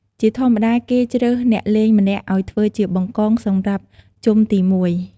ជាធម្មតា គេជ្រើសអ្នកលេងម្នាក់ឱ្យធ្វើជា បង្កង សម្រាប់ជុំទីមួយ។